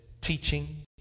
teaching